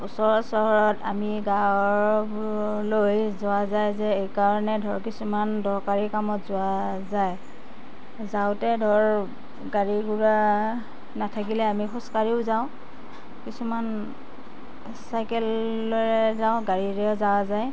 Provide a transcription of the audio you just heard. ওচৰৰ চহৰত আমি গাঁৱৰ ঘৰলৈ যোৱা যায় যে এইকাৰণে ধৰ কিছুমান দৰকাৰী কামত যোৱা যায় যাওঁতে ধৰ গাড়ী ঘূৰা নাথাকিলে আমি খোজ কাঢ়িও যাওঁ কিছুমান চাইকেলেৰে যায় গাড়ীৰেও যোৱা যায়